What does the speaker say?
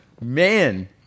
Man